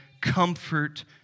comfort